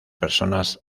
personas